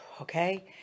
Okay